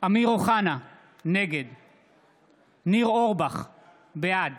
אמיר אוחנה, נגד ניר אורבך, בעד